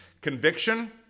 conviction